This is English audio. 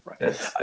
right